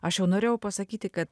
aš jau norėjau pasakyti kad